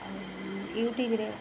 ୟୁଟ୍ୟୁବ୍ରେ